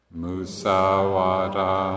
musawada